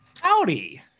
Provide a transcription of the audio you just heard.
Howdy